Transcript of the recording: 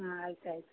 ಹಾಂ ಆಯ್ತು ಆಯ್ತ್